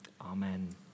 amen